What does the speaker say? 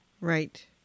Right